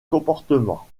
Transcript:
comportement